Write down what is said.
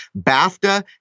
bafta